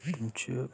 تِم چھِ